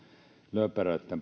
löperöt